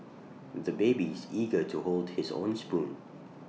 the baby is eager to hold his own spoon